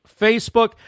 Facebook